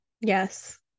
yes